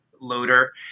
loader